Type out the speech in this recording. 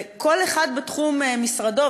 וכל אחד בתחום משרדו,